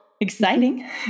exciting